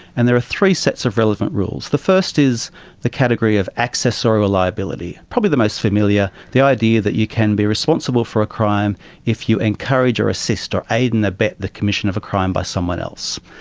and there are three sets of relevant rules. the first is the category of accessorial liability, probably the most familiar, the idea that you can be responsible for a crime if you encourage or assist or aid and abet the commission of a crime by someone else.